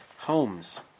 Homes